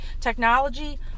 technology